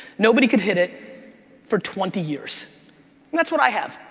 nobody could hit it for twenty years. and that's what i have.